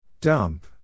Dump